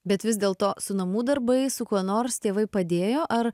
bet vis dėl to su namų darbais su kuo nors tėvai padėjo ar